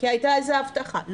כי הייתה איזו הבטחה.